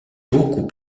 beaucoup